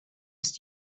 ist